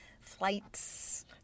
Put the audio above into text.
flights